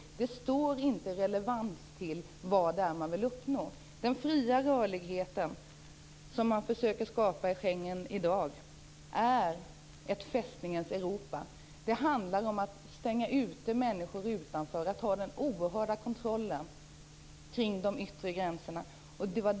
Den står inte i relevans till vad det är man vill uppnå. Den fria rörligheten, som man försöker att skapa i Schengen i dag, är ett fästningens Europa. Det handlar om att stänga ute människor och om att ha en oerhörd kontroll kring de yttre gränserna.